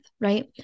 right